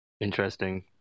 interesting